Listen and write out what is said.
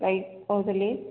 ପାଇଁ କହୁଥିଲି